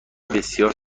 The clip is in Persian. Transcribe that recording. بسیار